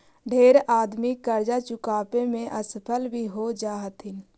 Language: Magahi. ढेर आदमी करजा चुकाबे में असफल भी हो जा हथिन